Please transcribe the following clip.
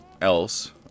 else